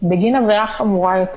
בגין עבירה חמורה יותר